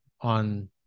on